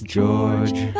George